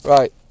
Right